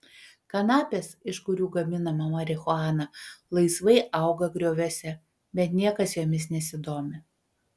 kanapės iš kurių gaminama marihuana laisvai auga grioviuose bet niekas jomis nesidomi